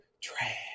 trash